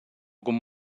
con